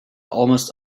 almost